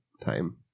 time